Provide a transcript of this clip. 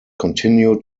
continue